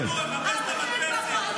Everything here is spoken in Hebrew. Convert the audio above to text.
חבר הכנסת חנוך, קריאה ראשונה.